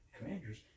Commanders